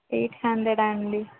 eight hundred ఆ అండి